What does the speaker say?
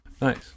Nice